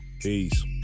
Peace